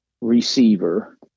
receiver